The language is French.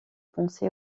penser